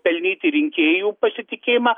pelnyti rinkėjų pasitikėjimą